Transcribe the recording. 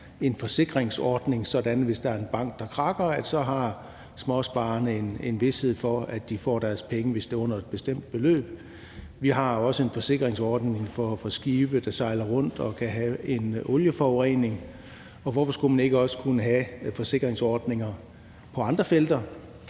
en forsikringsordning, sådan at småsparerne, hvis der er en bank, der krakker, så har en vished for, at de får deres penge, hvis det er under et bestemt beløb. Vi har jo også en forsikringsordning for skibe, der sejler rundt, og som kan have en olieforurening, og hvorfor skulle man ikke også kunne have forsikringsordninger på andre felter?